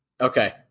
Okay